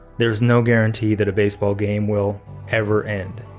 there is no guarantee that a baseball game will ever end,